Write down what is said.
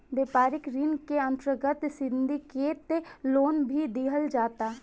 व्यापारिक ऋण के अंतर्गत सिंडिकेट लोन भी दीहल जाता